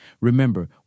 Remember